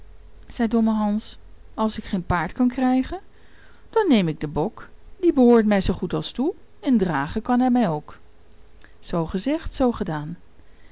zei domme hans als ik geen paard kan krijgen dan neem ik den bok die behoort mij zoo goed als toe en dragen kan hij mij ook zoo gezegd zoo gedaan